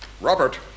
Robert